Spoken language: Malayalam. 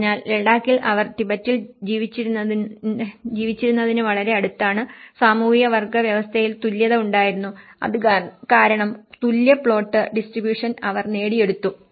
അതിനാൽ ലഡാക്കിൽ അവർ ടിബറ്റിൽ ജീവിച്ചിരുന്നതിന് വളരെ അടുത്താണ് സാമൂഹിക വർഗ്ഗ വ്യവസ്ഥയിൽ തുല്യത ഉണ്ടായിരുന്നു അത് കാരണം തുല്യ പ്ലോട്ട് ഡിസ്ട്രിബൂഷൻ അവർ നേടിയെടുത്തു